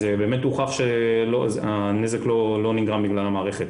אז הוכח שהנזק לא נגרם בגלל המערכת.